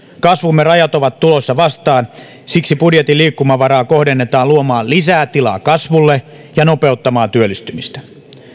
kasvumme rajat ovat tulossa vastaan siksi budjetin liikkumavaraa kohdennetaan luomaan lisää tilaa kasvulle ja nopeuttamaan työllistymistä